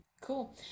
cool